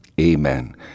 Amen